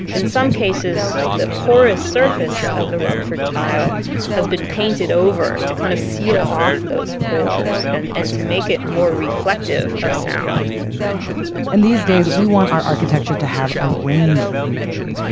in some cases, the porous surface of the rumford tile has been painted over to kind of seal off those pores and and to make it more reflective of sound and these days, we want our architecture to have a range of reverb.